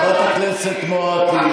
רבותיי.